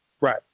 Right